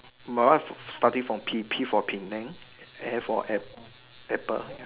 my one starting from P P for Penang A for apple